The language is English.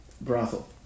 brothel